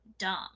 dumb